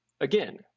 again